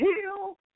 heal